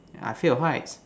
I scared of heights